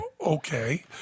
okay